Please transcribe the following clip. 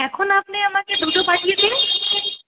এখন আপনি আমাকে দুটো পাঠিয়ে দিন